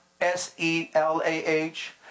S-E-L-A-H